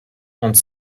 trente